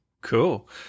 Cool